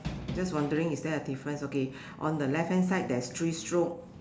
just wondering is there a difference okay on the left hand side there's three stroke